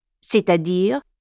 c'est-à-dire